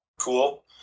cool